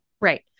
right